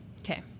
Okay